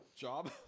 Job